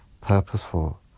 purposeful